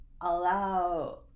allow